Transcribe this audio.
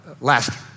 Last